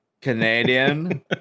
Canadian